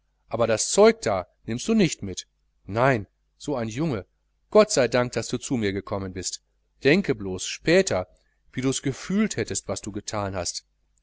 aber das zeug da nimmst du nicht mit nein so ein junge gottseidank daß du zu mir gekommen bist denke blos später wenn dus gefühlt hättest was du gethan hast